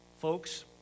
Folks